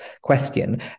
question